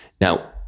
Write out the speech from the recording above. now